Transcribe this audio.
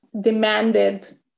demanded